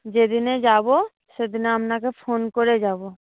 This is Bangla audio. যেদিনে যাব সেদিনে আপনাকে ফোন করে যাব